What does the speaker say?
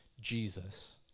Jesus